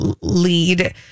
lead